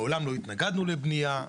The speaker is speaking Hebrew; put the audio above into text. מעולם לא התנגדנו לבניה,